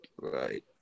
Right